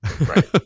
right